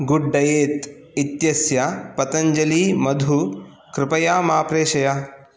गुड्डयेत् इत्यस्य पतञ्जली मधु कृपया मा प्रेषय